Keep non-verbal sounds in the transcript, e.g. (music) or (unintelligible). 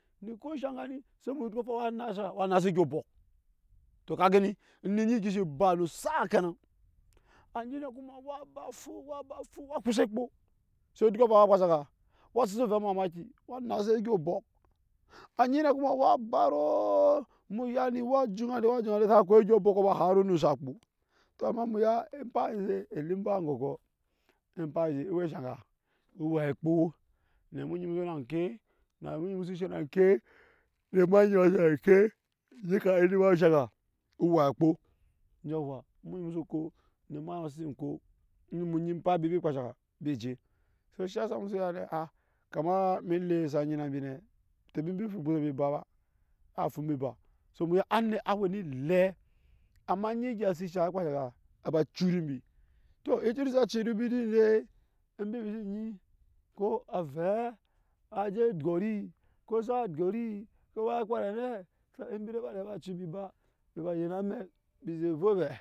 Ni ku enshe aga ni se muya onyoŋ afaŋ (hesitation) wa maa se oga obɔk tɔ ka gani eni ba nu saa kanɔ a nyi ne kuma wa ba fa wa ba fu wa fushe ekpo se odyɔŋ afaŋ wa kpaaenshe aga wa sese ovɛ emamaki wa naa se oge obɔk anyi ne kuma wa barooo mu ya ni wa juŋa de wa juna de sa ko oge abokɔ har onum ni sa kpo tɔ amma mu ya empaa nje ewe enshe ŋke na mu musu she na ŋke (unintelligible) duka nuku we enshe aga owe akpo yuwa emu musuko na ma ema sisienshe aga mbi je so shiyasa emusu ya ne a kama elee sa nyina mbi ne tebi mbi fu ego mbi ba ba a fu mbi ba so emu ya anit awe ne elem amma anyi egya su shaŋ akpaa enshe aga aba curmbi tɔ tunde saba cur mbi din dee mbi bisi nyi ko avɛɛ a je dyɔri ko sa dyorii ko a kpana ne tɔ embi de be riga becu mbi ba mbi ba yen amɛk mbi zɛ vuvɛ